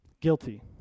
Guilty